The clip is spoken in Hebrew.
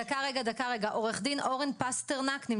עו"ד אורן פסטרנק.